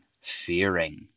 fearing